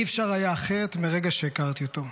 אי-אפשר היה אחרת מרגע שהכרתי אותו.